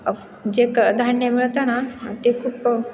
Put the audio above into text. अक जे क धान्य मिळतं ना ते खूप